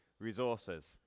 resources